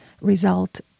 result